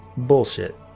bullshit!